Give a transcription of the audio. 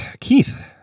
Keith